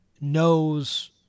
knows